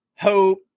hope